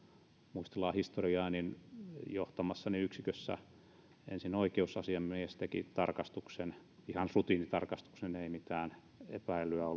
muistellaan historiaa johtamassani yksikössä ensin oikeusasiamies teki tarkastuksen ihan rutiinitarkastuksen ei mitään epäilyä